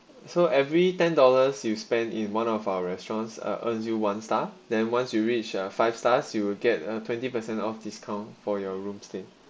so every ten dollars you spend in one of our restaurants uh earns you one star then once you reach uh five stars you will get a twenty percent off discount for your room stay